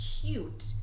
cute